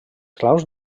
clau